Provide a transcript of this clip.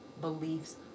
beliefs